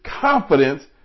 confidence